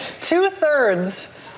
Two-thirds